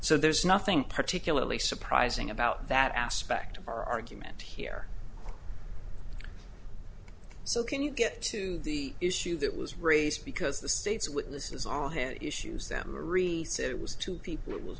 so there's nothing particularly surprising about that aspect of our argument here so can you get to the issue that was raised because the state's witnesses all had issues them a release it was two people it was